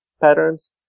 patterns